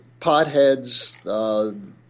potheads